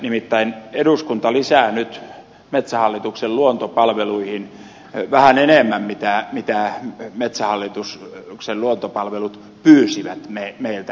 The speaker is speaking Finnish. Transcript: nimittäin eduskunta lisää nyt metsähallituksen luontopalveluihin vähän enemmän kuin metsähallituksen luontopalvelut pyysivät meiltä